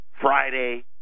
Friday